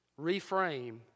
Reframe